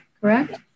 correct